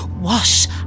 wash